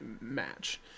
match